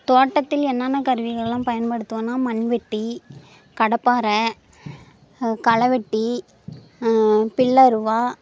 தோட்டத்தில் என்னென்ன கருவிகள்லாம் பயன்படுத்துவோன்னா மண்வெட்டி கடப்பாறை களைவெட்டி பில்லருவா